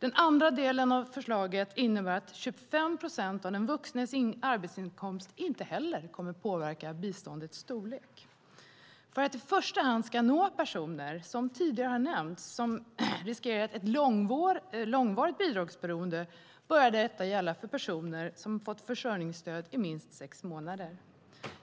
Den andra delen av förslaget innebär att 25 procent av den vuxnes arbetsinkomst inte kommer att påverka biståndets storlek. För att det i första hand ska nå personer, som tidigare har nämnts, vilka riskerar ett långvarigt bidragsberoende, börjar detta gälla för personer som fått försörjningsstöd i minst sex månader.